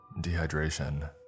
Dehydration